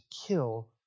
kill